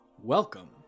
Welcome